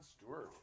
stewart